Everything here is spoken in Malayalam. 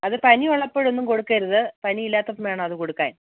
അത് പനിയുള്ളപ്പോഴൊന്നും കൊടുക്കരുത് പനിയില്ലാത്തപ്പോൾ വേണം അത് കൊടുക്കാൻ